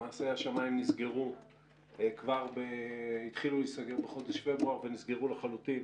למעשה השמיים התחילו להיסגר בחודש פברואר ונסגרו לחלוטין